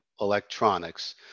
Electronics